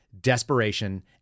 desperation